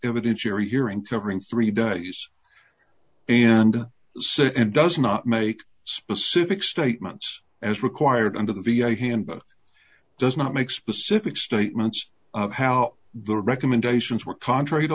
evidence your hearing covering three days and so does not make specific statements as required under the v a handbook does not make specific statements how the recommendations were contrary to